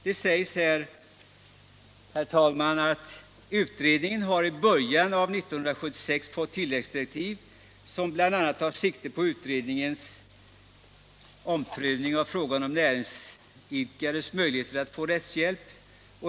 Det sägs i betänkandet: ”Utredningen har i början av år 1976 fått tilläggsdirektiv, som bl.a. tar sikte på utredningens omprövning av frågan om näringsidkares möjlighet att få rättshjälp.